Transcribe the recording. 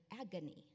agony